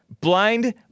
blind